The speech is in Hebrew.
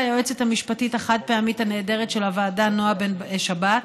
ליועצת המשפטית החד-פעמית הנהדרת של הוועדה נועה בן שבת,